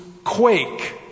quake